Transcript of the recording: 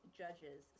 judges